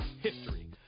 history